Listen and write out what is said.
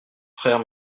frère